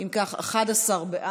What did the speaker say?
אם כך, 11 בעד,